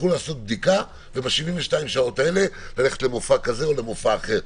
יוכלו לעשות בדיקה וב-72 השעות האלה יוכלו ללכת למופע כזה או אחר.